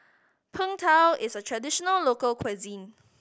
Png Tao is a traditional local cuisine